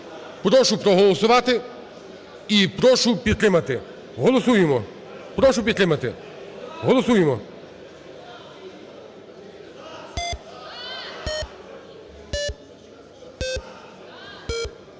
Прошу проголосувати і прошу підтримати. Голосуємо. Прошу підтримати. Голосуємо.